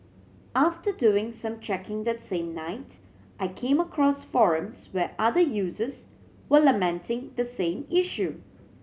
after doing some checking that same night I came across forums where other users were lamenting the same issue